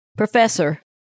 Professor